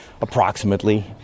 approximately